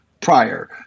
prior